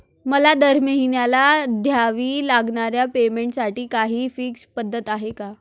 मला दरमहिन्याला द्यावे लागणाऱ्या पेमेंटसाठी काही फिक्स पद्धत आहे का?